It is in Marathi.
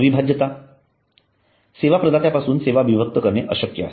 अविभाज्यता सेवा प्रदात्यापासून सेवा विभक्त करणे अशक्य आहे